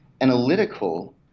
analytical